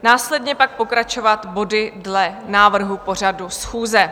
Následně pak budeme pokračovat body dle návrhu pořadu schůze.